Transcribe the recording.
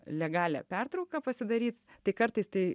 legalią pertrauką pasidaryt tai kartais tai